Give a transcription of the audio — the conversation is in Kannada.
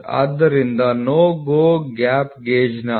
ಆದ್ದರಿಂದ NO GO ಗ್ಯಾಪ್ ಗೇಜ್ನ ಆಯಾಮಗಳು 24